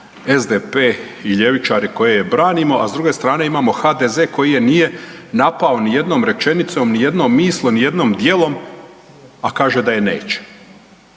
SDP i ljevičare koje branimo, a s druge strane imamo HDZ koji je nije napao nijednom rečenicom, nijednom misli, nijednim dijelom, a kaže da je neće.